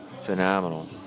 Phenomenal